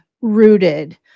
rooted